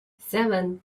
seven